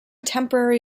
temporary